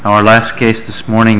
our last case this morning